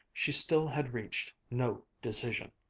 she still had reached no decision.